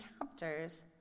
chapters